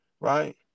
Right